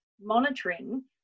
monitoring